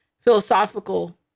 philosophical